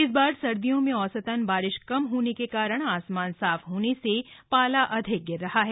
इस बार सर्दियों में औसतन बारिश कम होने के कारण आसमान साफ होने से पाला अधिक गिर रहा है